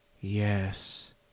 Yes